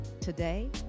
today